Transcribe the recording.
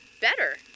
better